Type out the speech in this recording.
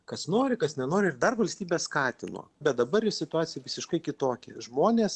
kas nori kas nenori ir dar valstybė skatino bet dabar jau situacija visiškai kitokia žmonės